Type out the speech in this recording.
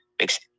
makes